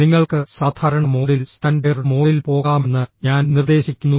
നിങ്ങൾക്ക് സാധാരണ മോഡിൽ സ്റ്റാൻഡേർഡ് മോഡിൽ പോകാമെന്ന് ഞാൻ നിർദ്ദേശിക്കുന്നു